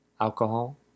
alcohol